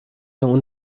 اون